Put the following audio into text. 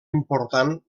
important